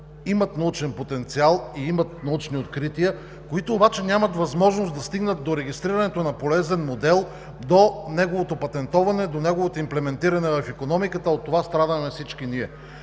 имат научен потенциал и научни открития, но нямат възможност да стигнат до регистрирането на полезен модел, до неговото патентоване и имплементиране в икономиката, а от това страдаме всички ние.